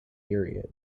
period